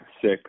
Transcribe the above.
six